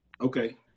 Okay